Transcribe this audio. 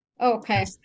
Okay